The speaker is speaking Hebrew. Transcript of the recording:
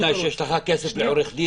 בתנאי שיש לך כסף לעורך-דין.